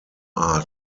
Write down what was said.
are